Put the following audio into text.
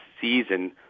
season